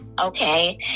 okay